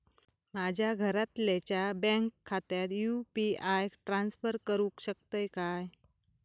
माझ्या घरातल्याच्या बँक खात्यात यू.पी.आय ट्रान्स्फर करुक शकतय काय?